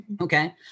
Okay